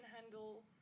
handle